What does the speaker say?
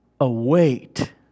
await